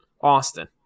Austin